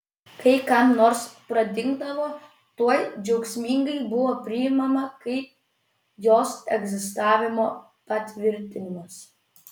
kai kam nors kas pradingdavo tuoj džiaugsmingai buvo priimama kaip jos egzistavimo patvirtinimas